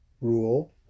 rule